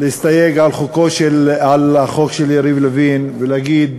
להסתייג מהחוק של יריב לוין, ולהגיד